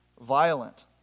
violent